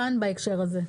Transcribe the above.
חסרה כאן בהקשר הזה.